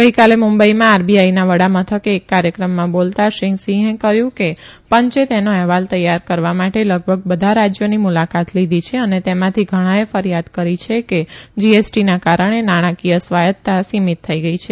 ગઇકાલે મુંબઇમાં આરબીઆઇના વડા મથકે એક કાર્યક્રમમાં બોલતાં શ્રી સિંઘે કહયું કે ાં ચે તેનો અહેવાલ તૈયાર કરવા માટે લગભગ બધા રાજ્યોની મુલાકાત લીધી છે અને તેમાંથી ઘણાએ ફરીયાદ કરી છે કે જીએસટીના કારણે નાણાંકીય સ્વાયતતા સિમિત થઇ ગઇ છે